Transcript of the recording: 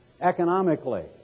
economically